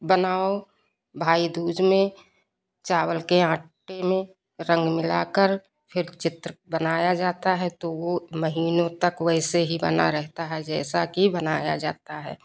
बनाओ भाई दूज में चावल के आटे में रंग मिलाकर फिर चित्र बनाया जाता है तो वो महीनों तक वैसे ही बना रहता है जैसा की बनाया जाता है